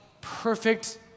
perfect